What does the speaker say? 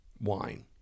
wine